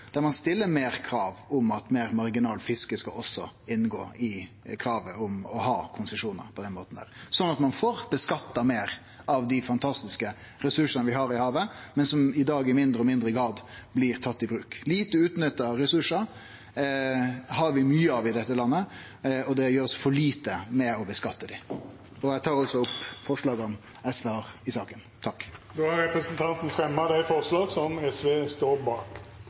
der ein stiller fleire krav om at meir marginalt fiske også skal inngå i kravet om å ha konsesjonar på den måten, sånn at ein får utnytta meir av dei fantastiske ressursane vi har i havet, men som i dag i mindre og mindre grad blir tatt i bruk. Lite utnytta ressursar har vi mykje av i dette landet, og det blir gjort for lite for å utnytte dei. Eg tar opp forslaga SV har i saka. Representanten Torgeir Knag Fylkesnes har teke opp dei